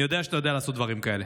אני יודע שאתה יודע לעשות דברים כאלה.